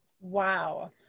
Wow